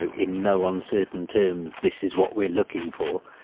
ah in no uncertain terms, this is what we're looking for.